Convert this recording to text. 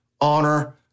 honor